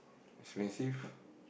expensive